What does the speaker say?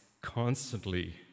constantly